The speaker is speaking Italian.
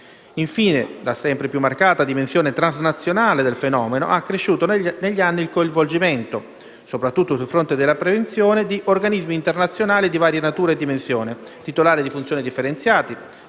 Infine, la sempre più marcata dimensione transnazionale del fenomeno ha visto crescere negli anni il coinvolgimento, soprattutto sul fronte della prevenzione, di organismi internazionali di varia natura e dimensione, titolari di funzioni differenziate,